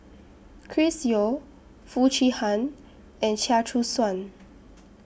Chris Yeo Foo Chee Han and Chia Choo Suan